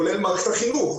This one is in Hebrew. כולל מערכת החינוך,